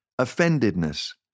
offendedness